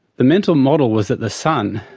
the mental model was that the sun,